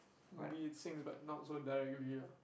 maybe it syncs but not so directly lah